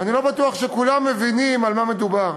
אני לא בטוח שכולם מבינים על מה מדובר: